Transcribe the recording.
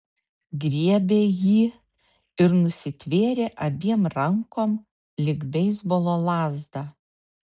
griebė jį ir nusitvėrė abiem rankom lyg beisbolo lazdą